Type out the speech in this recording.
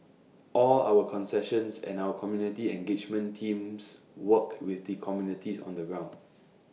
all our concessions and our community engagement teams work with the communities on the ground